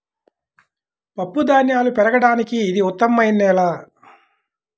పప్పుధాన్యాలు పెరగడానికి ఇది ఉత్తమమైన నేల